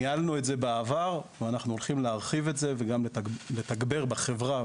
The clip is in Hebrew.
ניהלנו את זה בעבר ואנחנו הולכים להרחיב את זה וגם לתגבר בחברה,